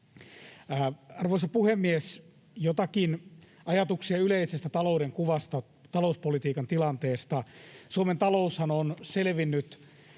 Arvoisa puhemies! Joitakin ajatuksia yleisestä talouden kuvasta ja talouspolitiikan tilanteesta: Suomen taloushan on selvinnyt